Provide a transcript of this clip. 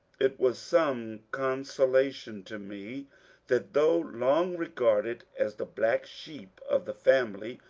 it was some consolation to me that, though long regarded as the black sheep of the family,